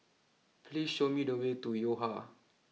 please show me the way to Yo Ha